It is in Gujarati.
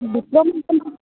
બધાં વિષયમાં